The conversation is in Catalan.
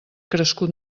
crescut